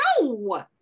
no